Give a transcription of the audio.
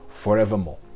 Forevermore